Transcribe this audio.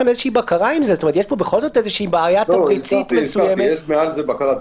אותי, אין לו שום הגדרה.